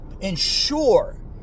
ensure